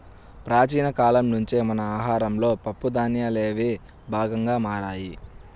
ప్రాచీన కాలం నుంచే మన ఆహారంలో పప్పు ధాన్యాలనేవి భాగంగా మారాయి